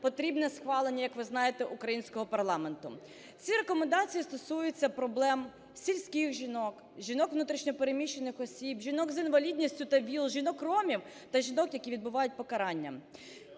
потрібне схвалення, як ви знаєте, українського парламенту. Ці рекомендації стосуються проблем сільських жінок, жінок - внутрішньо переміщених, жінок з інвалідністю та ВІЛ, жінок-ромів та жінок, які відбувають покарання.